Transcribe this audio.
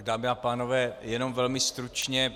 Dámy a pánové, jenom velmi stručně.